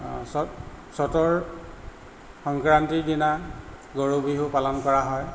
চ'ত চ'তৰ সংক্ৰান্তিৰ দিনা গৰু বিহু পালন কৰা হয়